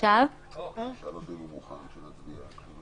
על נושא הקנסות ואז נתייחס לכול?